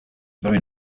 very